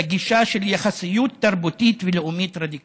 בגישה של יחסיות תרבותית ולאומית רדיקלית.